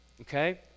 Okay